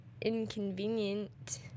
inconvenient